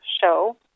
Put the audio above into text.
show